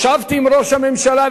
ישבתי עם ראש הממשלה,